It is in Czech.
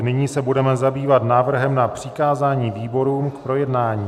Nyní se budeme zabývat návrhem na přikázání výborům k projednání.